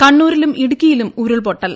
കണ്ണൂരിലും ഇടുക്കിയിലും ഉരുൾപൊട്ടൽ